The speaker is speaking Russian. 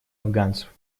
афганцев